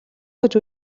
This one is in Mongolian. гэж